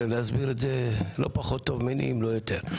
להסביר את זה לא פחות טוב ממני, אם לא יותר.